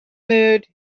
mood